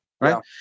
right